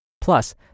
Plus